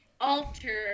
alter